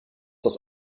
das